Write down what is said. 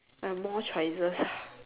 and more China